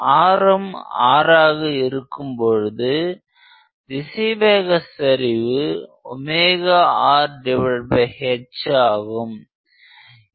ஆரம் r ஆக இருக்கும்பொழுது திசைவேக சரிவு rh ஆகும்